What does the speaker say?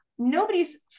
nobody's